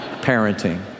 parenting